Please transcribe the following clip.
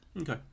Okay